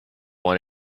one